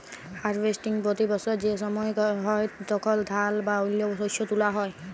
harvesting পতি বসর সে সময় হ্যয় যখল ধাল বা অল্য শস্য তুলা হ্যয়